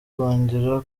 kongera